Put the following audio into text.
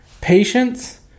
patience